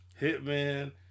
hitman